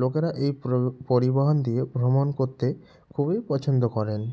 লোকেরা এই প্রো পরিবহন দিয়ে ভ্রমণ করতে খুবই পছন্দ করেন